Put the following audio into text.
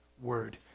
word